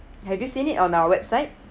have you seen it on our website